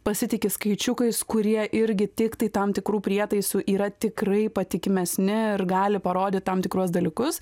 pasitiki skaičiukais kurie irgi tiktai tam tikrų prietaisų yra tikrai patikimesni ir gali parodyt tam tikrus dalykus